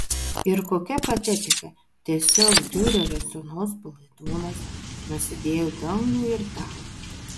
ir kokia patetika tiesiog diurerio sūnus palaidūnas nusidėjau dangui ir tau